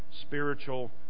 spiritual